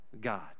God